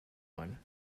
one